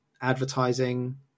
advertising